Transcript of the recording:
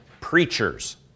preachers